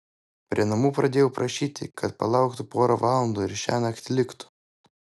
prie namų pradėjau prašyti kad palauktų porą valandų ir šiąnakt liktų